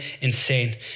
insane